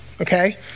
okay